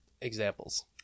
examples